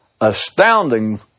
astounding